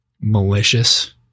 malicious